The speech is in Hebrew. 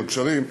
הגשרים,